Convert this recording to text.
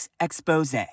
expose